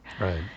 right